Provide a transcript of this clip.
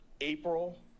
April